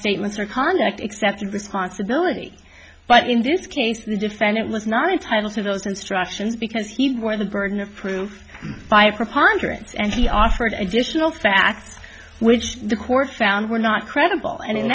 statements or conduct accepted responsibility but in this case the defendant was not entitled to those instructions because he's for the burden of proof by a preponderance and he offered additional facts which the court found were not credible and in